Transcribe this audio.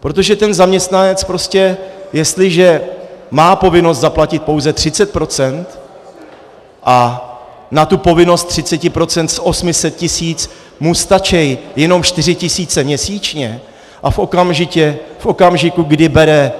Protože ten zaměstnanec, jestliže má povinnost zaplatit pouze 30 % a na tu povinnost 30 % z 800 tisíc mu stačí jenom čtyři tisíce měsíčně a v okamžiku, kdy bere